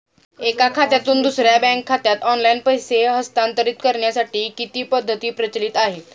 एका खात्यातून दुसऱ्या बँक खात्यात ऑनलाइन पैसे हस्तांतरित करण्यासाठी किती पद्धती प्रचलित आहेत?